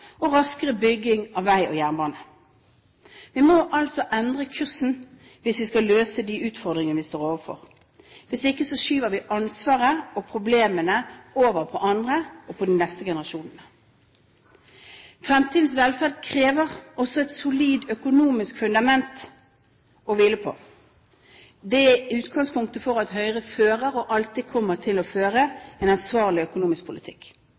og raskere bygging av vei og jernbane. Vi må altså endre kursen hvis vi skal løse de utfordringene vi står overfor. Hvis ikke skyver vi ansvaret og problemene over på andre og på de neste generasjonene. Fremtidens velferd krever også et solid økonomisk fundament å hvile på. Det er utgangspunktet for at Høyre fører og alltid kommer til å føre en ansvarlig økonomisk politikk.